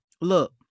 look